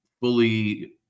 fully